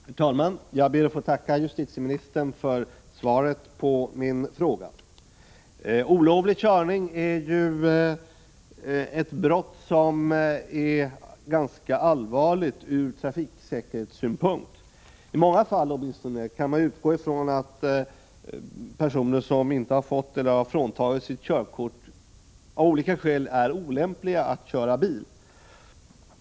Herr talman! Jag ber att få tacka justitieministern för svaret på min fråga. Olovlig körning är ett brott som är ganska allvarligt från trafiksäkerhets synpunkt. Åtminstone i många fall kan man utgå ifrån att personer som inte har fått eller som har fråntagits sitt körkort av olika skäl är olämpliga att köra bil.